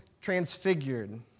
transfigured